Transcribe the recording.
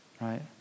right